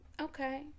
Okay